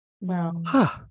Wow